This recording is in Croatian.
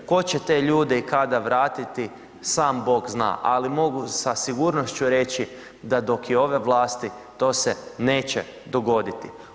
Tko će te ljude i kada vratiti sam Bog zna ali mogu sa sigurnošću reći da dok god je ove vlasti to se neće dogoditi.